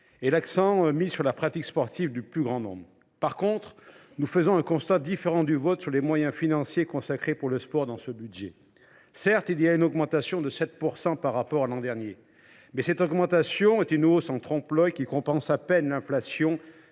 de l’accent mis sur la pratique sportive du plus grand nombre. En revanche, madame la ministre, nous faisons un constat différent du vôtre sur les moyens financiers consacrés au sport dans ce budget. Certes, il y a une augmentation de 7 % par rapport à l’an dernier, mais c’est une hausse en trompe l’œil qui compense à peine l’inflation.